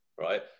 right